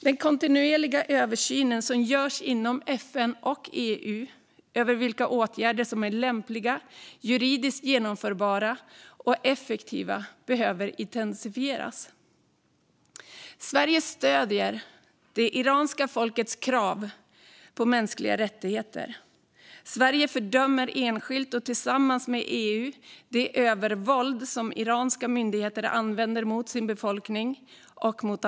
Den kontinuerliga översyn som görs inom FN och EU av vilka åtgärder som är lämpliga, juridiskt genomförbara och effektiva behöver intensifieras. Sverige stöder det iranska folkets krav på mänskliga rättigheter. Sverige fördömer enskilt och tillsammans med EU det övervåld som iranska myndigheter använder mot sin befolkning och andra.